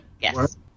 Yes